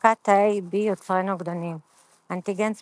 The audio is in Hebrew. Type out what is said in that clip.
הפקת תאי B יוצרי נוגדנים אנטיגן ספציפי,